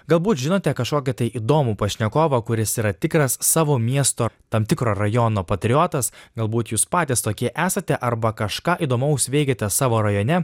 galbūt žinote kažkokį įdomų pašnekovą kuris yra tikras savo miesto tam tikro rajono patriotas galbūt jūs patys tokie esate arba kažką įdomaus veikiate savo rajone